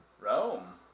Rome